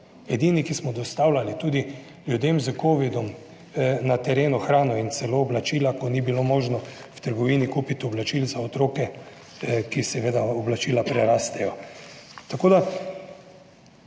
edini, ki smo dostavljali tudi ljudem s covidom na terenu hrano in celo oblačila, ko ni bilo možno v trgovini kupiti oblačil za otroke, ki seveda oblačila prerastejo.